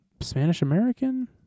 Spanish-American